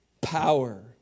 power